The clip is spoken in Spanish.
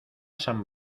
san